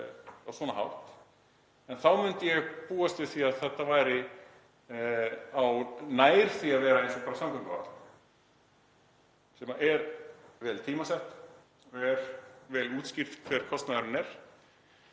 á svona hátt, en þá myndi ég búast við því að þetta væri nær því að vera eins og samgönguáætlun, sem er vel tímasett, þar er vel útskýrt hver kostnaðurinn er.